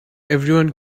everyone